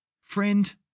Friend